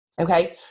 okay